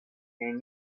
neniam